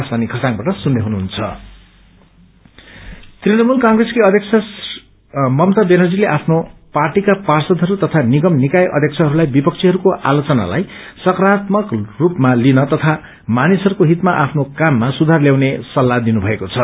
TMC Trinamool क्रेसकी अध्यक्ष ममता व्यानर्जीले आफ्नो पार्टीका पार्षदहरू तथा निगम निकाय अध्यक्षहरूलाई विपक्षीहरूको आलोचनाहरूलाई सक्ररात्मक रूपमा लिन तया मानिसहरूको हितमा आफ्नो काममा सुधार ल्याउने सल्लाह दिनुभएको छ